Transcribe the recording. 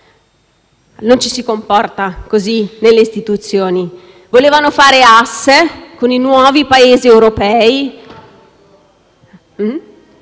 Non ci si comporta così nelle istituzioni. Volevano fare asse con i nuovi Paesi europei: